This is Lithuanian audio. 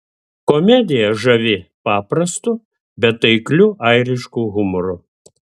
komedija žavi paprastu bet taikliu airišku humoru